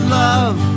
love